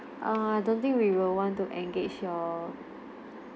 uh I don't think we will want to engage your